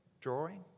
Drawing